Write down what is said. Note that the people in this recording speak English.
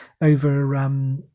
over